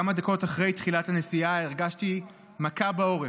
כמה דקות אחרי תחילת הנסיעה הרגשתי מכה בעורף,